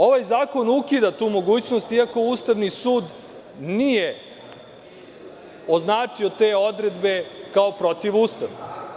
Ovaj zakon ukida tu mogućnost, iako Ustavni sud nije označio te odredbe kao protivustavne.